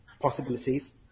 possibilities